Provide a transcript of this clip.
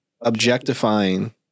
objectifying